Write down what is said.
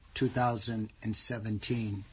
2017